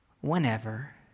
whenever